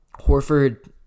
Horford